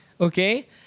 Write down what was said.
okay